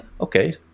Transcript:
okay